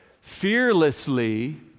fearlessly